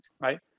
right